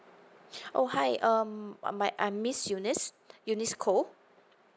oh hi um I'm my I'm miss eunice eunice koh